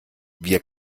wir